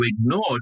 ignored